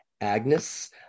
Agnes